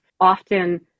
often